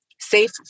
safe